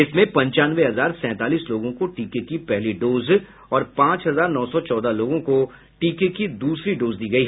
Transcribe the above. इसमें पंचानवे हजार सैंतालीस लोगों को टीके की पहली डोज और पांच हजार नौ सौ चौदह लोगों को टीके की दूसरी डोज दी गयी